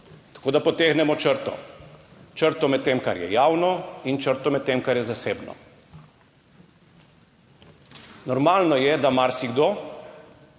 Tako da potegnemo črto, črto med tem, kar je javno in črto med tem, kar je zasebno. Normalno je, da marsikdo,